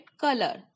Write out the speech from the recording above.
color